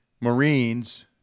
marines